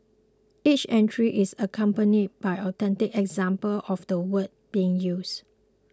each entry is accompanied by authentic examples of the word being used